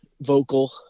vocal